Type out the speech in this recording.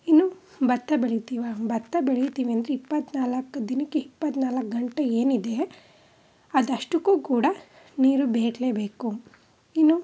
ಇನ್ನು ಭತ್ತ ಬೆಳಿತೀವಾ ಭತ್ತ ಬೆಳೀತಿವಿ ಅಂದರೆ ಇಪ್ಪತ್ತ್ನಾಲ್ಕು ದಿನಕ್ಕೆ ಇಪ್ಪತ್ತ್ನಾಲ್ಕು ಗಂಟೆ ಏನಿದೆ ಅದಷ್ಟಕ್ಕೂ ಕೂಡ ನೀರು ಬೇಕೇ ಬೇಕು ಇನ್ನು